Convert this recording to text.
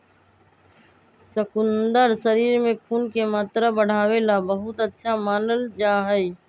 शकुन्दर शरीर में खून के मात्रा बढ़ावे ला बहुत अच्छा मानल जाहई